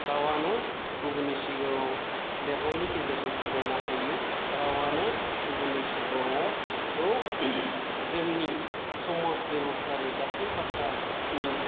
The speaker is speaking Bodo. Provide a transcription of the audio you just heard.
रावानो गुबुननि सिगाङाव लिरनायनि गेजेरजों फोरमायना होयो रावानो गुबुननि सिगाङाव औ जोंनि समाज बेबस्थानि गासै बाथ्रानि